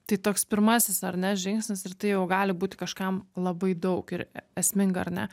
tai toks pirmasis ar ne žingsnis ir tai jau gali būti kažkam labai daug ir esminga ar ne